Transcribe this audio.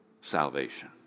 salvation